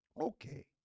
Okay